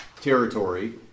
territory